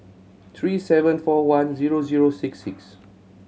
three seven four one zero zero six six